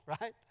right